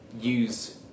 use